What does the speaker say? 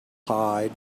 hide